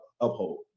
uphold